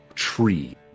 tree